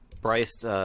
Bryce –